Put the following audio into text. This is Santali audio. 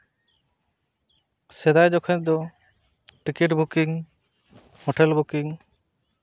ᱥᱮᱫᱟᱭ ᱡᱚᱠᱷᱟᱡ ᱫᱚ ᱴᱤᱠᱤᱴ ᱵᱩᱠᱤᱝ ᱦᱳᱴᱮᱞ ᱵᱩᱠᱤᱝ